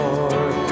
Lord